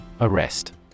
Arrest